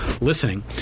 listening